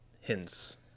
hints